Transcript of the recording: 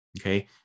okay